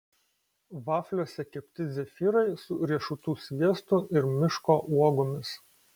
vafliuose kepti zefyrai su riešutų sviestu ir miško uogomis